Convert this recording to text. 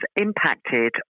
impacted